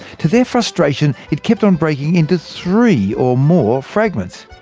to their frustration, it kept on breaking into three or more fragments.